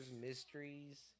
mysteries